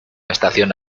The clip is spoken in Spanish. estación